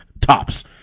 Tops